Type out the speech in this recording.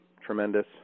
tremendous